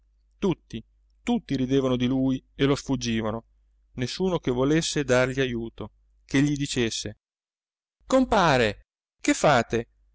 tutti tutti ridevano di lui e lo sfuggivano nessuno che volesse dargli ajuto che gli dicesse compare che fate